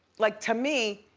like to me,